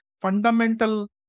fundamental